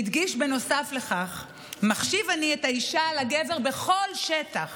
בנוסף לכך הוא הדגיש: "מחשיב אני את האישה על הגבר בכל שטח